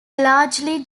largely